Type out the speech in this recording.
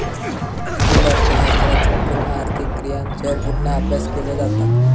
स्थूल अर्थशास्त्रात संपूर्ण आर्थिक क्रियांचो पूर्ण अभ्यास केलो जाता